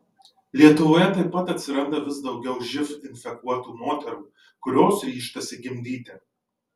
lietuvoje taip pat atsiranda vis daugiau živ infekuotų moterų kurios ryžtasi gimdyti